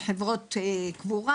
מחברות קבורה,